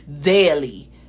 daily